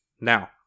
Now